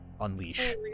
unleash